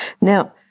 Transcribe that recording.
Now